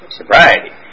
sobriety